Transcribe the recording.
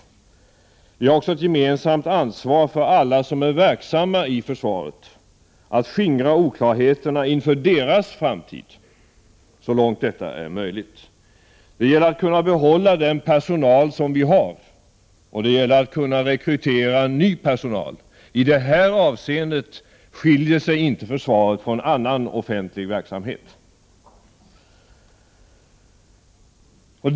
Vidare har vi ett gemensamt ansvar för alla som är verksamma i försvaret när det gäller att skingra oklarheterna inför deras framtid, så långt detta är möjligt. Det gäller att kunna behålla den personal som finns och att kunna rekrytera ny personal. I det avseendet skiljer sig inte försvaret från annan offentlig verksamhet.